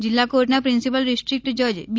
જિલ્લા કોર્ટના principal district જજ બી